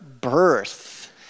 birth